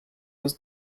was